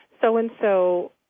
so-and-so